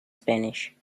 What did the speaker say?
spanish